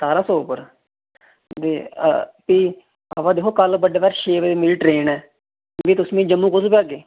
सतारां सौ रपे पर फ्ही अवा दिक्खो कल बड्डे पैह्र छे बजे मेरी ट्रेन ऐ मिगी तुस मिगी जम्मू